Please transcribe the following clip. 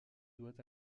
doit